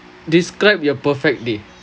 describe your perfect date